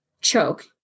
Choke